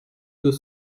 deux